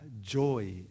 joy